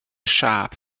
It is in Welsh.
siâp